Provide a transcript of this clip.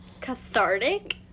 cathartic